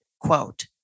Quote